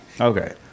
Okay